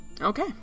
Okay